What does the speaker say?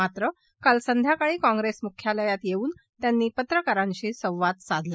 मात्र काल संध्याकाळी काँग्रेस मुख्यालयात येऊन त्यांनी पत्रकारांशी संवाद साधला